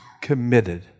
committed